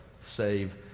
save